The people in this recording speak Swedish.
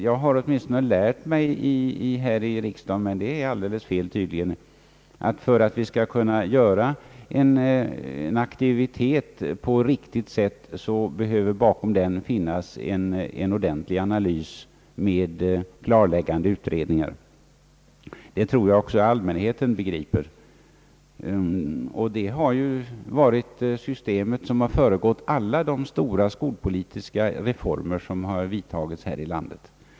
Jag har nämligen lärt mig här i riksdagen — men det är tydligen alldeles fel — att för att vi skall kunna göra en aktivitet på riktigt sätt behövs bakom den en ordentlig analys med klarläggande utredningar. Det tror jag också att allmänheten begriper. Detta system har föregått alla de stora skolpolitiska reformer som vidtagits här i landet.